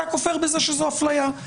אתה כופר בזה שזו אפליה.